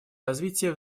развития